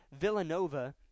Villanova